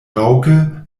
raŭke